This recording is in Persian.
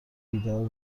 بیدار